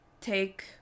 take